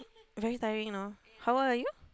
very tiring you know how old are you